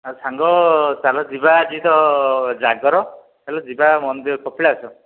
ଆଉ ସାଙ୍ଗ ଚାଲ ଯିବା ଆଜି ତ ଜାଗର ଚାଲ ଯିବା ମନ୍ଦି କପିଳାସ